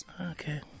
Okay